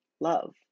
love